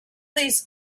these